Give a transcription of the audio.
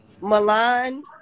Milan